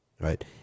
right